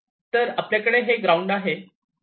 तर आपल्याकडे हे ग्राउंड आहे